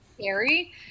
scary